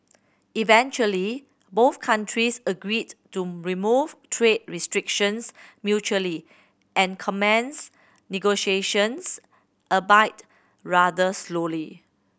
eventually both countries agreed to remove trade restrictions mutually and commence negotiations rather slowly